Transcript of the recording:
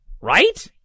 Right